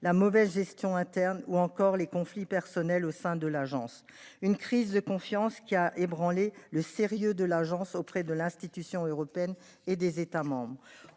la mauvaise gestion interne ou encore les conflits personnels au sein de l'agence, une crise de confiance qui a ébranlé le sérieux de l'Agence auprès de l'institution européenne et des États au